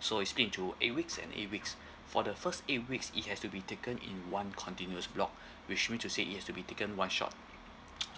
so it's split into eight weeks and eight weeks for the first eight weeks it has to be taken in one continuous block which mean to say it has to be taken one shot